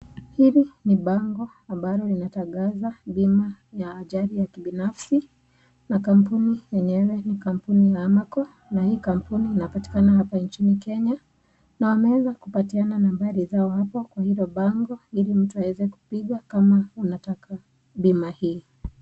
Hili ni bango ambalo linatangaza bima ya ajali ya kibinafsi na kampuni yenyewe ni kampuni amako na hii kampuni inapatikana hapa nchini Kenya na wameweza kupatiana nambari zao hapo kwa hilo bango ili mtu aweze kupiga kama unataka bima hii.